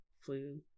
flu